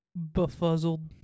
Befuzzled